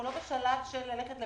אנחנו לא בשלב של ללכת לבתי משפט.